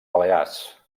balears